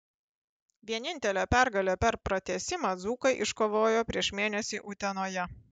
vienintelę pergalę per pratęsimą dzūkai iškovojo prieš mėnesį utenoje